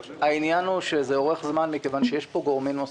העניין הוא שזה אורך זמן מכיוון שיש פה גורמים נוספים.